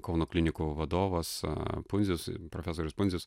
kauno klinikų vadovas a pundzius profesorius pundzius